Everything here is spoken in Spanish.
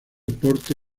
porte